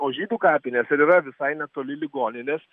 o žydų kapinės ir yra visai netoli ligoninės